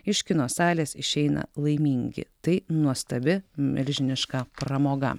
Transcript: iš kino salės išeina laimingi tai nuostabi milžiniška pramoga